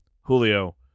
Julio